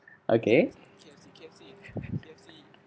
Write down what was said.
okay